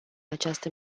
această